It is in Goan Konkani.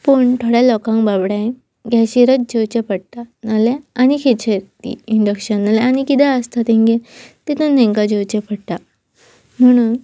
पूण थोड्या लोकांक बाबड्यां गॅशेरच जेवचें पडटा नाल्यार आनी खंचेर ती इंडक्शन नाल्यार आनी कितेें आसता तेंगे तितून तेंकां जेवचें पडटा म्हणून